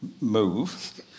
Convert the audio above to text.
move